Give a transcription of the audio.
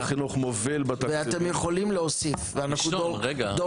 אז משרד החינוך מוביל בתקציבים.